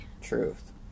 truth